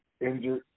injured